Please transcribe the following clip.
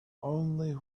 only